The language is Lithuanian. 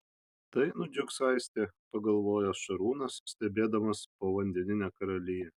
tai nudžiugs aistė pagalvojo šarūnas stebėdamas povandeninę karaliją